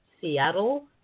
Seattle